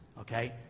okay